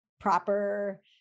proper